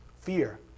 fear